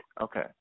Okay